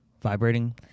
vibrating